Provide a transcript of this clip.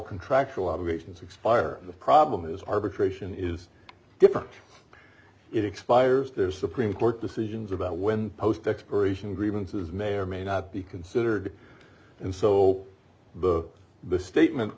contractual obligations expire and the problem is arbitration is different it expires there supreme court decisions about when post expiration grievances may or may not be considered and so the the statement